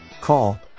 Call